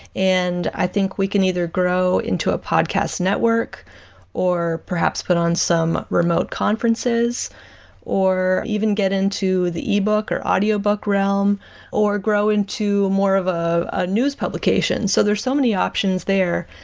and i think we can either grow into a podcast network or perhaps put on some remote conferences or even get into the e-book or audiobook realm or grow into more of a news publication. so there so many options there,